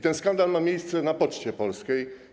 Ten skandal ma miejsce na Poczcie Polskiej.